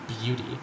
beauty